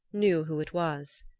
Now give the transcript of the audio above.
knew who it was.